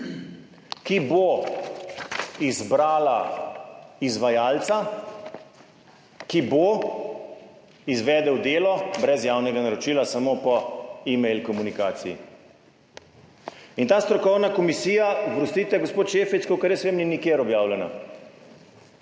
ki bo izbrala izvajalca, ki bo izvedel delo brez javnega naročila, samo po e-mail komunikaciji. In ta strokovna komisija, oprostite gospod Šefic, kolikor jaz vem, ni nikjer objavljena.